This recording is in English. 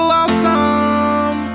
awesome